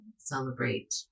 celebrate